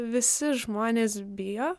visi žmonės bijo